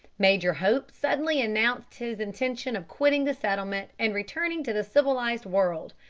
major hope suddenly announced his intention of quitting the settlement, and returning to the civilised world.